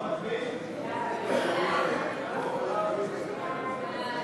סעיפים 1 6 נתקבלו.